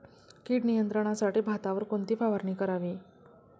कीड नियंत्रणासाठी भातावर कोणती फवारणी करावी?